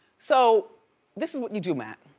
so this is what you do matt.